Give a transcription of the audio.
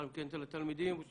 אני זמירה, מנהלת בית הספר.